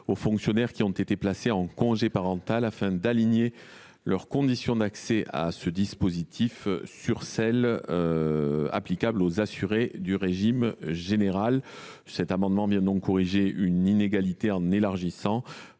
aux fonctionnaires qui ont été placés en congé parental, afin d’aligner leurs conditions d’accès à ce dispositif sur celles qui sont applicables aux assurés du régime général. Cet amendement vise donc à corriger une inégalité, en élargissant